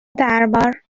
دربار